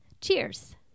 Cheers